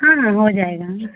हाँ हाँ हो जाएगा